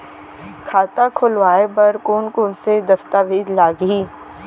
खाता खोलवाय बर कोन कोन से दस्तावेज लागही?